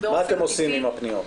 מה את עושים עם הפניות?